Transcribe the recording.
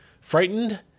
Frightened